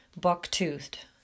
buck-toothed